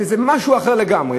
זה משהו אחר לגמרי.